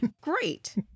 great